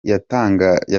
yatangiye